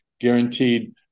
guaranteed